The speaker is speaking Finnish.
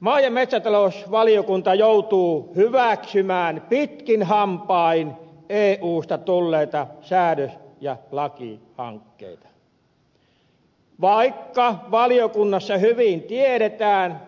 maa ja metsätalousvaliokunta joutuu hyväksymään pitkin hampain eusta tulleita säädös ja lakihankkeita vaikka valiokunnassa hyvin tiedetään